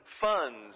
funds